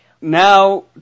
now